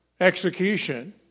Execution